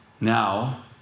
Now